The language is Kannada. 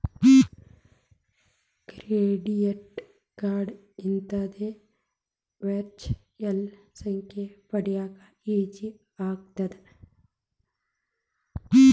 ಕ್ರೆಡಿಟ್ ಕಾರ್ಡ್ ಇತ್ತಂದ್ರ ವರ್ಚುಯಲ್ ಸಂಖ್ಯೆ ಪಡ್ಯಾಕ ಈಜಿ ಆಗತ್ತ?